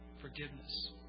forgiveness